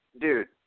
dude